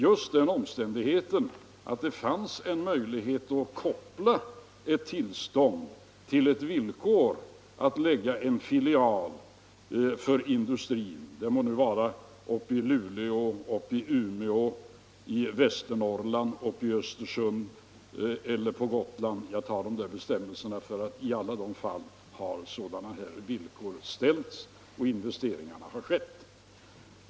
Nu fanns det en möjlighet att koppla ett tillstånd till ett villkor att lägga en filial för industrin exempelvis i Luleå, i Umeå, i Västernorrland, i Östersund eller på Gotland. I alla dessa fall har sådana villkor ställts, och investeringarna har skett.